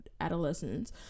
adolescents